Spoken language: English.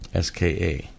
SKA